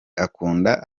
akunda